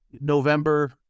November